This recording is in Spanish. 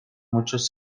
muchos